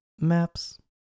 maps